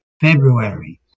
february